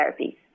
therapies